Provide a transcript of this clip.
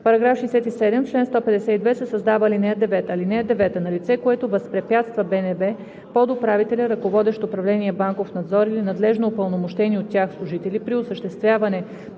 80.“ § 67. В чл. 152 се създава ал. 9: „(9) На лице, което възпрепятства БНБ, подуправителя, ръководещ Управление „Банков надзор“ или надлежно упълномощени от тях служители при осъществяване